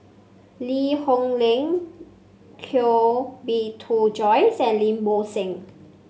Lee Hoon Leong Koh Bee Tuan Joyce and Lim Bo Seng